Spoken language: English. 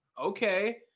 Okay